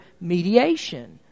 mediation